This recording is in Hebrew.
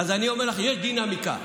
אני אומר שיש דינמיקה.